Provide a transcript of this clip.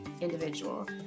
individual